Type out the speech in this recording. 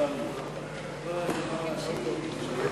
סעיף 1 נתקבל.